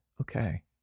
okay